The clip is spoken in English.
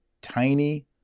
tiny